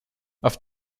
auf